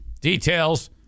Details